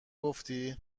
گفتی